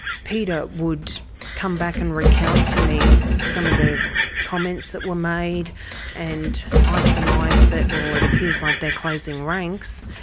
peter would come back and recount to me some of the comments that were made and i surmised that, well, it appears like they're closing ranks,